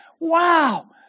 wow